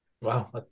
Wow